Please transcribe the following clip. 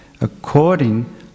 according